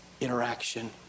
interaction